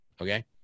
okay